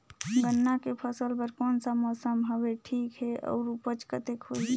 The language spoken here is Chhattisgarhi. गन्ना के फसल बर कोन सा मौसम हवे ठीक हे अउर ऊपज कतेक होही?